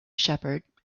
shepherd